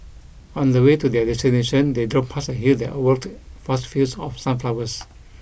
on the way to their destination they drove past a hill that overlooked vast fields of sunflowers